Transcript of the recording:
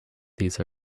these